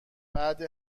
بعد